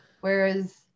Whereas